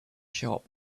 shop